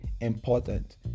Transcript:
important